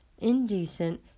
indecent